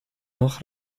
noch